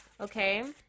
okay